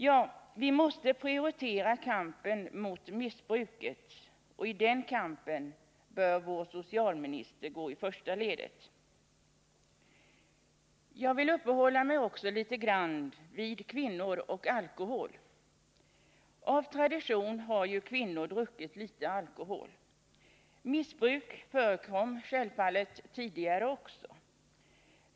Ja, vi måste prioritera kampen mot missbruket, och i den kampen bör vår socialminister gå i första ledet. Jag vill uppehålla mig litet grand vid kvinnor och alkohol. Av tradition har ju kvinnors alkoholkonsumtion varit liten. Missbruk förekom självfallet tidigare också.